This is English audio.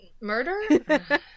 murder